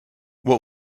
what